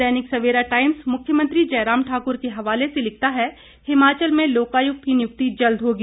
दैनिक Savera Times मुख्यमंत्री जयराम ठाकुर के हवाले से लिखता है हिमाचल में लोकायुक्त की नियुक्ति जल्द होगी